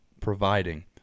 providing